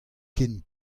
ken